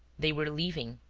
they were leaving,